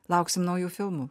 lauksim naujų filmų